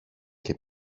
και